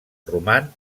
roman